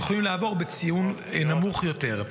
הם יכולים לעבור בציון נמוך יותר,